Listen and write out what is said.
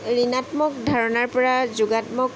ঋণাত্মক ধাৰণাৰ পৰা যোগাত্মক